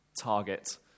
target